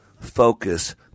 focus